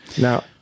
Now